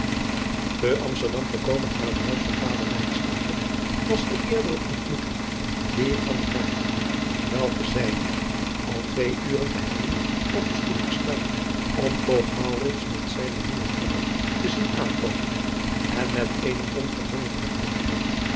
e msterdam gekomen aan het huis van vader was de eerde ontmoeting die van de welke zeide al twee uren te hebben op de stoep gestaan om toch met zijne jonge vrouw te zien aankomen en met eene ongedwongen